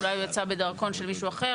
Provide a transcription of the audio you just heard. אולי הוא יצא עם דרכון של מישהו אחר,